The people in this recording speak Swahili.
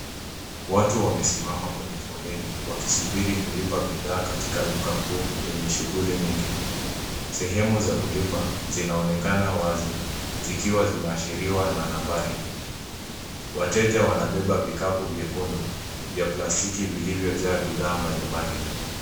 Watu wamesimama kwenye foleni wakisubiri kulipa bidhaa katika duka kuu yenye shughuli nyingi. Sehemu za kulipa zinaonekana wazi zikiwa zimeashiriwa na nambari. Wateja wanabeba vikapu vyekundu vya plastiki vilvyojaa bidhaa mbalimbali.